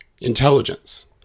intelligence